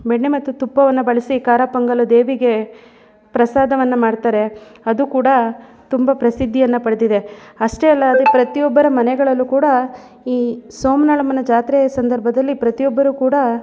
ಬೆಣ್ಣೆ ಮತ್ತು ತುಪ್ಪವನ್ನು ಬಳಸಿ ಖಾರ ಪೊಂಗಲ್ಲು ದೇವಿಗೆ ಪ್ರಸಾದವನ್ನು ಮಾಡ್ತಾರೆ ಅದು ಕೂಡ ತುಂಬ ಪ್ರಸಿದ್ಧಿಯನ್ನು ಪಡೆದಿದೆ ಅಷ್ಟೇ ಅಲ್ಲದೆ ಪ್ರತಿಯೊಬ್ಬರ ಮನೆಗಳಲ್ಲೂ ಕೂಡ ಈ ಸೋಮ್ನಳ್ಳಮ್ಮನ ಜಾತ್ರೆ ಸಂದರ್ಭದಲ್ಲಿ ಪ್ರತಿಯೊಬ್ಬರು ಕೂಡ